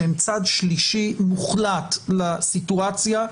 שהם צד שלישי מוחלט לסיטואציה,